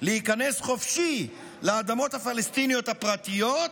להיכנס חופשי לאדמות הפלסטיניות הפרטיות,